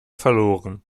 verloren